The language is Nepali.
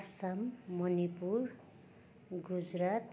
आसम मणिपुर गुजरात